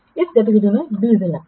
इस गतिविधि में 20 दिन लगते हैं